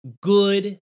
good